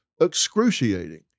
excruciating